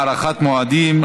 הארכת מועדים),